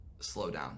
slowdown